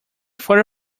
forty